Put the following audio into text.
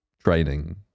Training